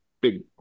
big